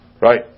Right